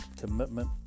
Commitment